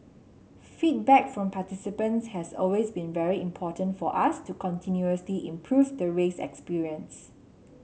feedback from participants has always been very important for us to continuously improve the race experience